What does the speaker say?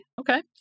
Okay